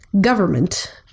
government